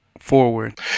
forward